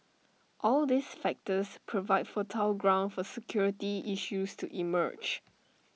all these factors provide fertile ground for security issues to emerge